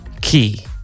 key